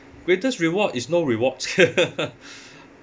greatest reward is no reward